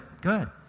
good